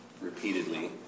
repeatedly